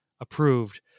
approved